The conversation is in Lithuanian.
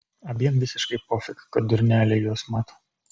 abiem visiškai pofik kad durneliai juos mato